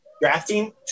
drafting